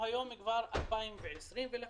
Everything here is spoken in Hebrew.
יש